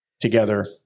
together